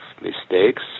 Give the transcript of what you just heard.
mistakes